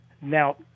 Now